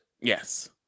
Yes